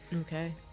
Okay